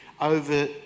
over